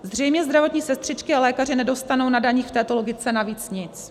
Zřejmě zdravotní sestřičky a lékaři nedostanou na daních v této logice navíc nic.